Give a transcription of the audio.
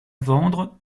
vendre